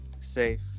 safe